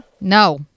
no